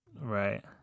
Right